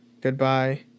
goodbye